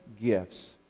gifts